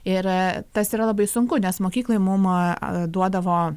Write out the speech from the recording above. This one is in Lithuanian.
ir tas yra labai sunku nes mokykloj mum duodavo